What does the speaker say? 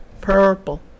purple